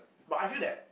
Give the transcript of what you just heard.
but I feel that